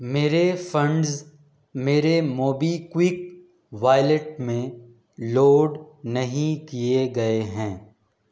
میرے فنڈز میرے MobiKwik wallet میں لوڈ نہیں کیے گئے ہیں